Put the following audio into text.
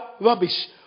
rubbish